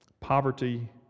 Poverty